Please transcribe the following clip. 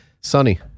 sunny